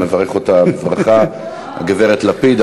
נברך אותך בברכה, הגברת לפיד.